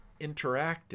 interactive